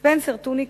ספנסר טוניק